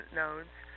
nodes